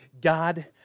God